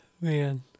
man